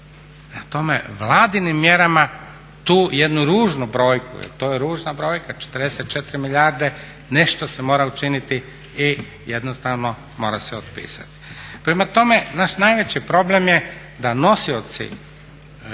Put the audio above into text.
tome, vladinim mjerama tu jednu ružnu brojku jer to je ružna brojka 44 milijarde, nešto se mora učiniti i jednostavno mora se otpisati. Prema tome, naš najveći problem je da nosioci